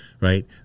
right